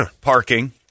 parking